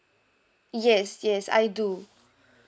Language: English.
yes yes I do